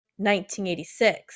1986